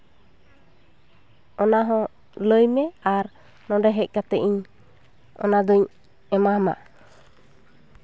ᱚᱱᱟᱦᱚᱸ ᱞᱟᱹᱭ ᱢᱮ ᱟᱨ ᱱᱚᱰᱮ ᱦᱮᱡ ᱠᱟᱛᱮᱫ ᱤᱧ ᱚᱱᱟᱫᱩᱧ ᱮᱢᱟ ᱦᱟᱢᱟ